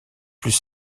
plus